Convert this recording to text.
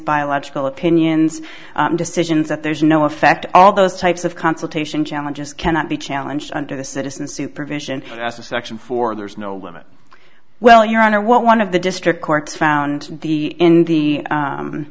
biological opinions decisions that there's no effect all those types of consultation challenges cannot be challenged under the citizen supervision of section four there's no limit well your honor what one of the district courts found the in the